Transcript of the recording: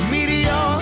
Meteor